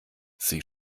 sie